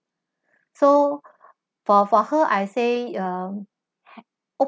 so for for her I say uh